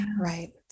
right